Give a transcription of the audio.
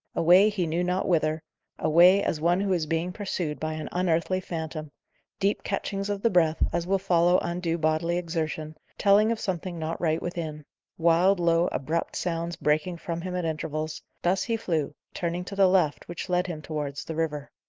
away, he knew not whither away, as one who is being pursued by an unearthly phantom deep catchings of the breath, as will follow undue bodily exertion, telling of something not right within wild, low, abrupt sounds breaking from him at intervals thus he flew, turning to the left, which led him towards the river.